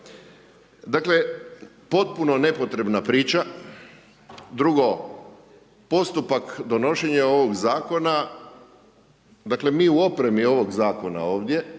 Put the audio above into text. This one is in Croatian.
Dakle, potpuno nepotrebna priča. Drugo, postupak donošenja ovoga Zakona dakle, mi u opremi ovoga Zakona ovdje,